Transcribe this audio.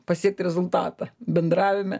pasiekti rezultatą bendravime